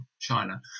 China